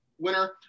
winner